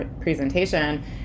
presentation